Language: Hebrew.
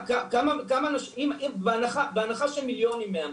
בהנחה שמיליונים מהמרים,